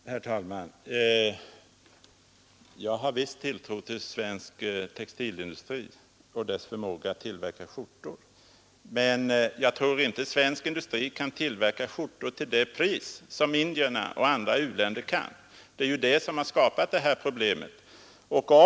Herr talman! Jag har visst tilltro till den svenska textilindustrin och dess förmåga att tillverka skjortor. Men jag tror inte att svensk industri kan tillverka skjortor till det pris som Indien och andra u-länder kan göra. Det är ju det som skapat detta problem.